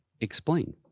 Explain